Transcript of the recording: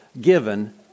given